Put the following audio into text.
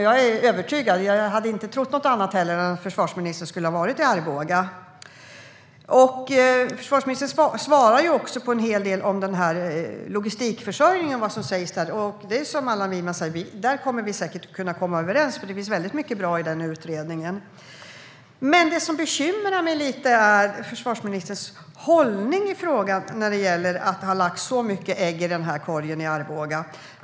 Jag trodde inget annat än att försvarsministern har varit i Arboga. Försvarsministern svarade på en del om logistikförsörjningen och vad som sägs om den. Som Allan Widman sa kan vi säkert komma överens, för det finns mycket bra i denna utredning. Det som bekymrar mig är försvarsministerns hållning vad gäller att man har lagt så många ägg i denna korg i Arboga.